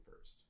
first